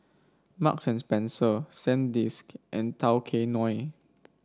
Marks and Spencer Sandisk and Tao Kae Noi